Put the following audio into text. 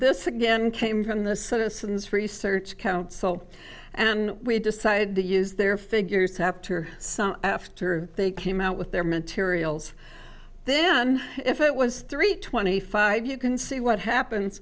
this again came from the citizens research council and we decided to use their figures have to or some after they came out with their materials then if it was three twenty five you can see what happens